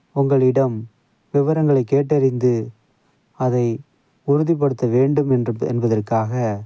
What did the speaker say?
உங்களிடம் விவரங்களைக் கேட்டறிந்து அதை உறுதிப்படுத்த வேண்டும் என்று என்பதற்காக